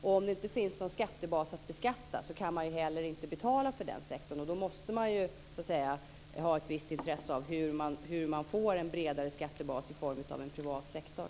Om det inte finns någon skattebas att beskatta kan man heller inte betala för denna sektor. Då måste man ha ett visst intresse för hur man får en bredare skattebas i form av en privat sektor.